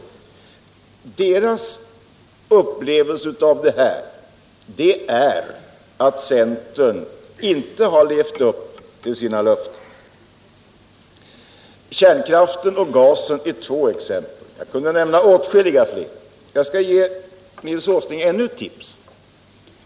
Deras upplevelse av detta är att centern inte har levt upp till sina löften. Kärnkraften och gasen är två exempel. Jag skulle kunna nämna åtskilligt fler. Jag skall ge Nils Åsling ännu ett tips.